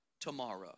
tomorrow